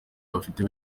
bafite